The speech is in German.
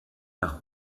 nach